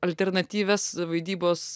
alternatyvias vaidybos